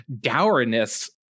dourness